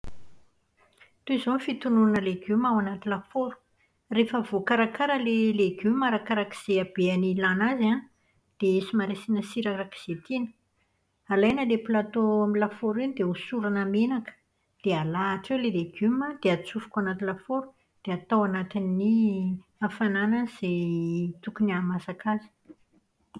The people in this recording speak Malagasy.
Toy izao ny fitonoana legioma ao anaty lafaoro. Rehefa voakarakara ilay legioma arak'izay habeny ilana azy an, dia somary asiana sira araka izay tiana. Alaina ilay plateau amin'ny lafaoro iny dia hosorana menaka. Dia alahatra eo ilay legioma dia atsofoka anaty lafaoro dia atao anatin'ny hafanana izay tokony hahamasaka azy.